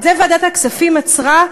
את זה ועדת הכספים עצרה,